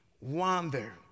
wander